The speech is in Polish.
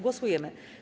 Głosujemy.